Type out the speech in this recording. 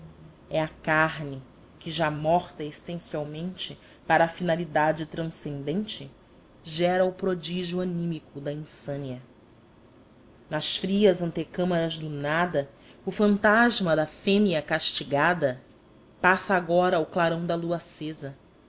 é a carne que já morta essencialmente para a finalidade transcendente gera o prodígio anímico da insânia nas frias antecâmeras do nada o fantasma da fêmea castigada passa agora ao clarão da lua acesa